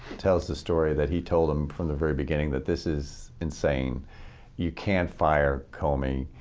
tells the story that he told him from the very beginning, that this is insane you can't fire comey.